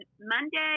monday